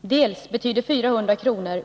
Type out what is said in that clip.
dels betyder 400 kr.